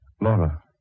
Laura